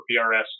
PRS